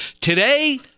Today